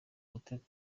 guteka